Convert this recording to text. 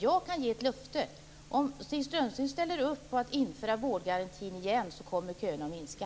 Jag kan ge ett löfte: Om Stig Sandström ställer upp på att införa vårdgarantin igen, kommer köerna att minska.